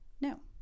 No